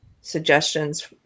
suggestions